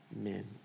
Amen